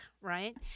right